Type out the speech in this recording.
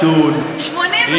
מתון,